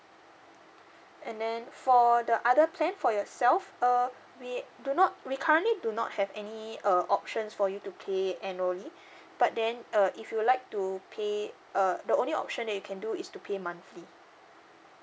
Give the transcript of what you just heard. and then for the other plan for yourself uh we do not we currently do not have any uh options for you to pay annually but then uh if you like to pay uh the only option that you can do is to pay monthly